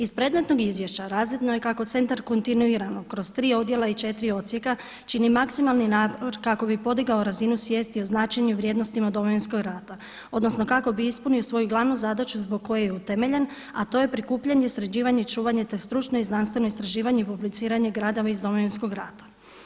Iz predmetnog izvješća razvidno je kako centar kontinuirano kroz tri odjela i četiri odsjeka čini maksimalni napor kako bi podigao razinu svijesti o značenju vrijednostima Domovinskog rata, odnosno kako bi ispunio svoju glavnu zadaću zbog koje je i utemeljen, a to je prikupljanje, sređivanje, čuvanje te stručno i znanstveno istraživanje i … [[Govornica se ne razumije.]] iz Domovinskog rata.